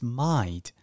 mind